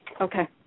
Okay